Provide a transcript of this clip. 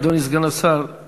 אדוני סגן השר,